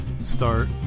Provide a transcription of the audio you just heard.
start